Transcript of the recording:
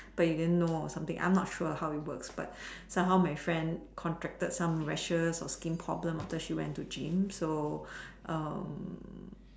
but you didn't know or something I'm not sure how it works but somehow my friend contracted some rashes or skin problem after she went to gym so um